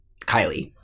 Kylie